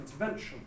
intervention